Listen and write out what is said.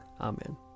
Amen